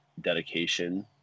dedication